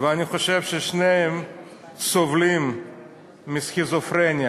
ואני חושב ששניהם סובלים מסכיזופרניה.